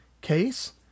case